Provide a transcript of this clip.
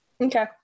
Okay